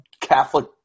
Catholic